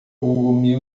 google